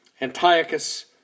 Antiochus